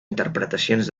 interpretacions